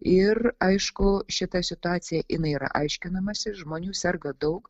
ir aišku šita situacija jinai yra aiškinamasi žmonių serga daug